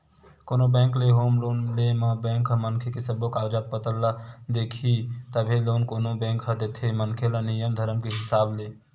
कोनो बेंक ले home loan ले म बेंक ह मनखे के सब्बो कागज पतर ल देखही तभे लोन कोनो बेंक ह देथे मनखे ल नियम धरम के हिसाब ले